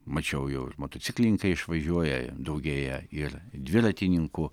mačiau jau ir motociklininkai išvažiuoja daugėja ir dviratininkų